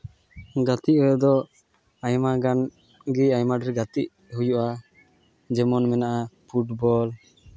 ᱜᱟᱛᱮ ᱨᱮᱫᱚ ᱟᱭᱢᱟ ᱜᱟᱱ ᱜᱮ ᱟᱭᱢᱟ ᱰᱷᱮᱨ ᱜᱟᱛᱮ ᱦᱩᱭᱩᱜᱼᱟ ᱡᱮᱢᱚᱱ ᱢᱮᱱᱟᱜᱼᱟ ᱯᱷᱩᱴᱵᱚᱞ